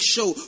Show